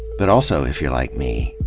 but also if you're like me,